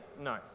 no